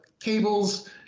Cables